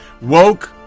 woke